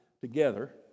together